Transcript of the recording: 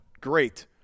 great